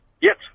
Yes